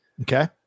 Okay